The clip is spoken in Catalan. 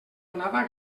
anava